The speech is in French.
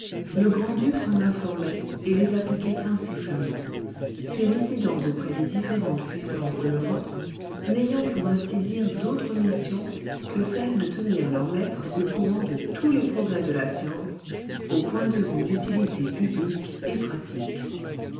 le grand-duc s'en informait et les appliquait incessamment ses résidents auprès des différentes puissances de l'europe n'ayant pour ainsi dire d'autre mission que celle de tenir leur maître au courant de tous les progrès de la science au point de vue d'utilité publique et pratique